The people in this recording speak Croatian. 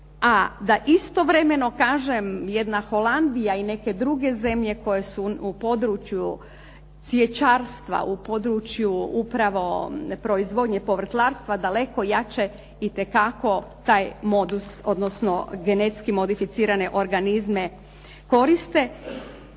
A da istovremeno kažem, jedna Holandija i neke druge zemlje koje su u području cvjećarstva, u području upravo proizvodnje povrtlarstva daleko jače itekako taj modus odnosno genetski modificirane organizme koriste.